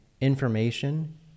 information